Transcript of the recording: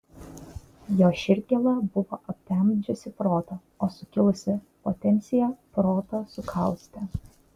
jo širdgėla buvo aptemdžiusi protą o sukilusi potencija protą sukaustė